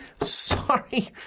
sorry